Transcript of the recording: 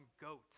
goat